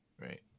Right